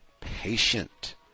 patient